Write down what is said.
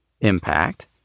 impact